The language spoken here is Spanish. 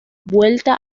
vuelta